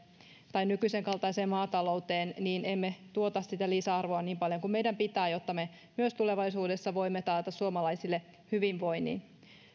tai nykyisen kaltaiseen maatalouteen niin emme tuota sitä lisäarvoa niin paljon kuin meidän pitää jotta me myös tulevaisuudessa voimme taata suomalaisille hyvinvoinnin